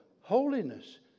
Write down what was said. Holiness